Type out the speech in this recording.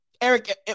Eric